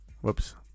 whoops